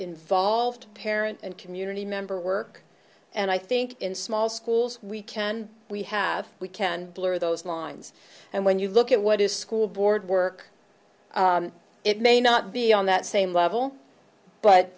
involved parent and community member work and i think in small schools we can we have we can blur those lines and when you look at what is school board work in it may not be on that same level but